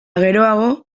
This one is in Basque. geroago